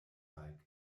gezeigt